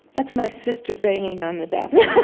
that's my sister banging on the bathroom but